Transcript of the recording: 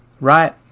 right